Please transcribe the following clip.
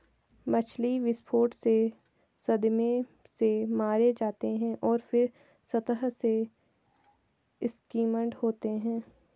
मछली विस्फोट से सदमे से मारे जाते हैं और फिर सतह से स्किम्ड होते हैं